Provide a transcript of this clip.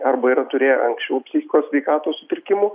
arba yra turėję anksčiau psichikos sveikatos sutrikimų